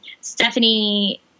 Stephanie